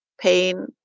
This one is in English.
pain